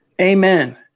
Amen